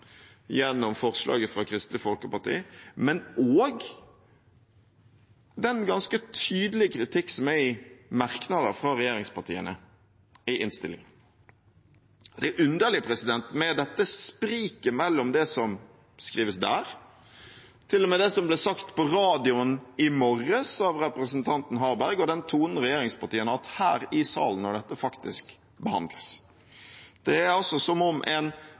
gjennom forslaget fra Kristelig Folkeparti, men også den ganske tydelige kritikken som er i merknader fra regjeringspartiene i innstillingen. Det er underlig med dette spriket mellom det som skrives der, til og med det som ble sagt på radioen i morges av representanten Harberg, og den tonen regjeringspartiene har hatt her i salen når dette faktisk behandles. Det er som om